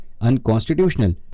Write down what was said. unconstitutional